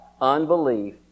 unbelief